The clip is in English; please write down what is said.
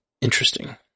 interesting